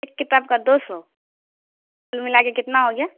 ایک کتاب کا دو سو کل ملا کے کتنا ہو گیا